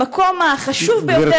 במקום החשוב ביותר,